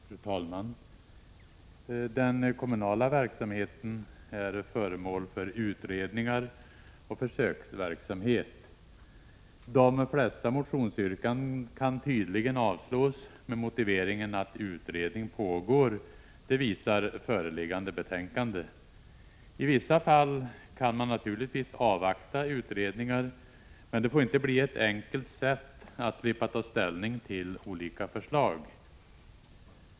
Fru talman! Den kommunala verksamheten är föremål för utredningar och försöksverksamhet. De flesta motionsyrkanden kan tydligen avslås med motiveringen att utredning pågår. Det visar föreliggande betänkande. I vissa fall kan man naturligtvis avvakta utredningar, men det får inte bli ett enkelt sätt att slippa ta ställning till olika förslag.